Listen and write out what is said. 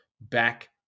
back